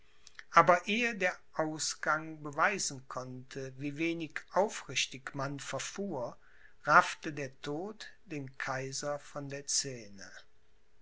aber ehe der ausgang beweisen konnte wie wenig aufrichtig man verfuhr raffte der tod den kaiser von der scene